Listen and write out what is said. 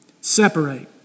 separate